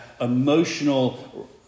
emotional